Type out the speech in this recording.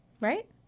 Right